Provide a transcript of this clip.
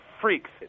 freaks